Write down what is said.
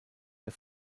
der